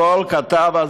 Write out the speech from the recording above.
כל כתב אז,